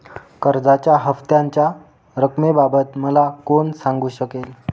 कर्जाच्या हफ्त्याच्या रक्कमेबाबत मला कोण सांगू शकेल?